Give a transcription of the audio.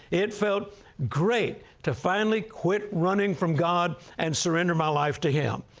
it felt great to finally quit running from god and surrender my life to him.